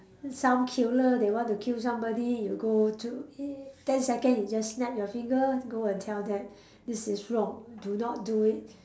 some killer they want to kill somebody you go to eh ten second you just snap your finger go and tell them this is wrong do not do it